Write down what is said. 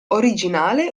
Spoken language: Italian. originale